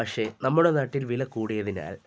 പക്ഷെ നമ്മുടെ നാട്ടിൽ വില കൂടിയതിനാൽ